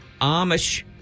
Amish